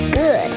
good